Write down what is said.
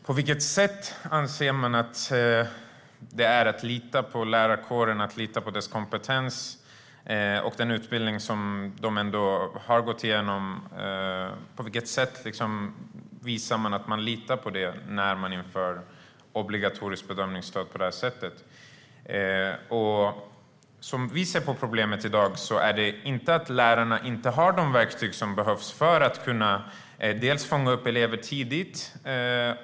På vilket sätt anser man att man litar på lärarkåren, lärarnas kompetens och den utbildning de ändå har gått igenom när man inför obligatoriska bedömningsstöd på det här sättet? Som vi ser det är problemet i dag inte att lärarna inte har de verktyg som behövs för att kunna fånga upp elever tidigt.